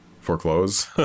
foreclose